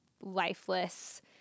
lifeless